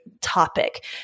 topic